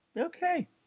Okay